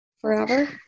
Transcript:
forever